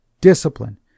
Discipline